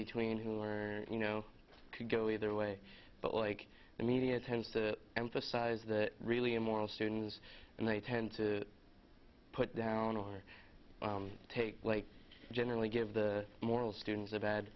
between who will learn you know could go either way but like the media tends to emphasize the really a moral students and they tend to put down or take late generally give the moral students a bad